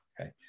Okay